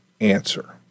answer